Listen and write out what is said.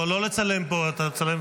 להלן תוצאות